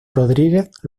rodríguez